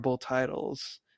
titles